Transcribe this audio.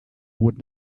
would